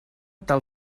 tal